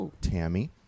Tammy